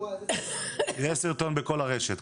יש סרטון בכל הרשת.